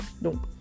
Donc